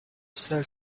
sell